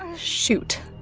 shoot.